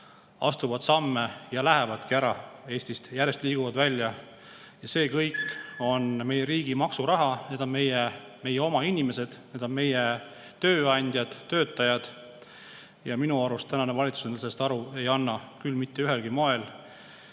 astuvad samme ja lähevadki Eestist ära, järjest liiguvad välja. See kõik on meie riigi maksuraha, need on meie oma inimesed, meie tööandjad, töötajad. Ja minu arust tänane valitsus endale sellest küll mitte ühelgi moel